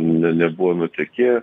ne nebuvo nutekėję